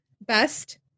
best